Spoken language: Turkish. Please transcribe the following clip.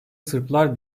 sırplar